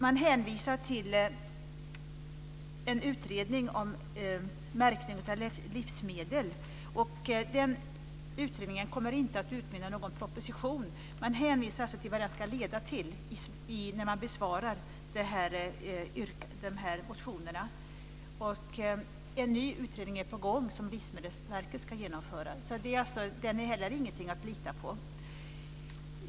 Man hänvisar till en utredning om märkning av livsmedel, och den utredningen kommer inte att utmynna i någon proposition. Man hänvisar alltså till vad den ska leda till när man besvarar motionerna. En ny utredning som Livsmedelsverket ska genomföra är på gång. Den är alltså heller ingenting att lita på.